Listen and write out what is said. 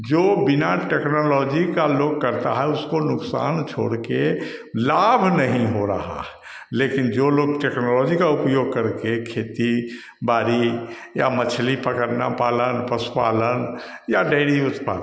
जो बिना टेक्नोलॉजी का लोग करता है उसको नुकसान छोड़कर लाभ नहीं हो रहा है लेकिन जो लोग टेक्नोलॉजी का उपयोग करके खेती बाड़ी या मछली पकड़ना पालन पशुपालन या डेयरी उत्पादन